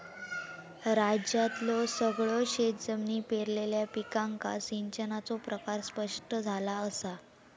राज्यातल्यो सगळयो शेतजमिनी पेरलेल्या पिकांका सिंचनाचो प्रकार स्पष्ट झाला असा